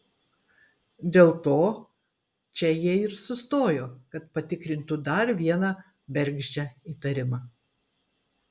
dėl to čia jie ir sustojo kad patikrintų dar vieną bergždžią įtarimą